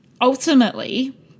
ultimately